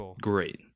great